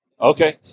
Okay